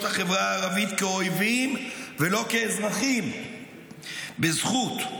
החברה הערבית כאויבים ולא כאזרחים בזכות,